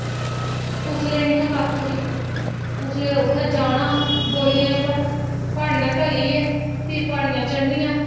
उसलै नेईं हा कक्ख बी उसलै उत्थें जाना बोलियें उप्पर प्हाड़ियां ढ'ल्लियै भी प्हाड़ियां चढ़नियां